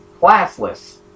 Classless